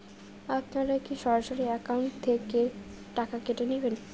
আপনারা কী সরাসরি একাউন্ট থেকে টাকা কেটে নেবেন?